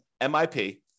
MIP